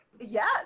Yes